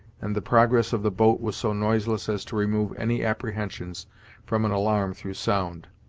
and the progress of the boat was so noiseless as to remove any apprehensions from an alarm through sound.